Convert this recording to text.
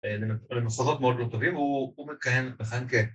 למחוזות מאוד לא טובים הוא מכהן מכהן ג